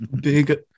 Big